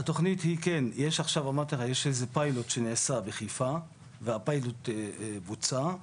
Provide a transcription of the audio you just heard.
כן, יש פיילוט שנעשה בחיפה והפיילוט בוצע.